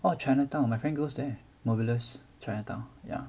oh chinatown oh my friend goes there mobulus chinatown